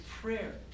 prayer